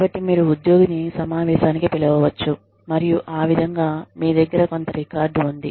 కాబట్టి మీరు ఉద్యోగిని సమావేశానికి పిలవవచ్చు మరియు ఆ విధంగా మీ దగ్గర కొంత రికార్డ్ ఉంది